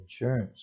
insurance